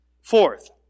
Fourth